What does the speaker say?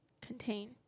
contain